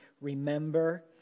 remember